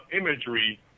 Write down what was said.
imagery